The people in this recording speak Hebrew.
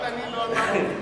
מוגבל אני לא אמרתי.